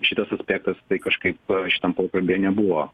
šitas aspektas tai kažkaip šitam pokalbyje nebuvo